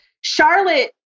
Charlotte